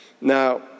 Now